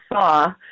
saw